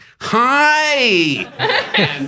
hi